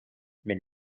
mais